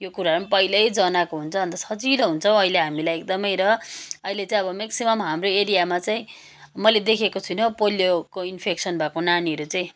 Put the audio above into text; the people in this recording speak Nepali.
यो कुराहरू पनि पहिल्यै जनाएको हुन्छ अन्त सजिलो हुन्छ हौ अहिले हामीलाई एकदमै र अहिले चाहिँ अब म्याक्सिमम् हाम्रो एरियामा चाहिँ मैले देखेको छुइनँ पोलियोको इन्फेक्सन भएको नानीहरू चाहिँ